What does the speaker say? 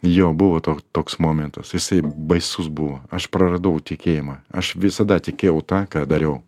jo buvo to toks momentas jisai baisus buvo aš praradau tikėjimą aš visada tikėjau tą ką dariau